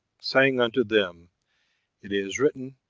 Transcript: saying unto them it is written.